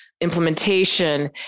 implementation